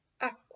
acqua